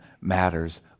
matters